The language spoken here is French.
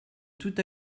tout